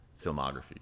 filmography